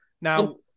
now